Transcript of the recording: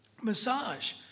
massage